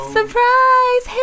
Surprise